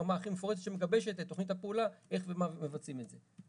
כבר הרמה הכי מפורטת שמגבשת את תכנית הפעולה איך ומה מבצעים את זה.